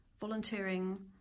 volunteering